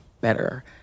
better